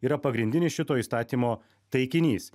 yra pagrindinis šito įstatymo taikinys